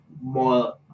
more